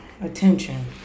attention